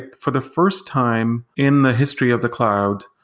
for the first time in the history of the cloud,